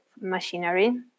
machinery